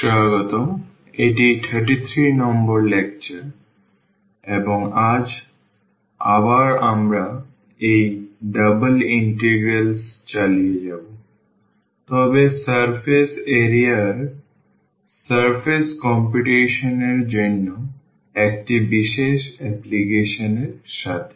স্বাগতম এটি 33 নম্বর লেকচার এবং আজ আবার আমরা এই ডাবল ইন্টিগ্রালস চালিয়ে যাব তবে সারফেস এরিয়ার সারফেস কম্পিউটেশন এর জন্য একটি বিশেষ অ্যাপ্লিকেশন এর সাথে